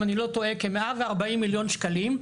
אם אני לא טועה כ-140 מיליון שקלים,